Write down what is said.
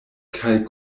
kaj